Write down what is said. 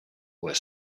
were